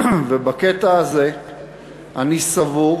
ובקטע הזה אני סבור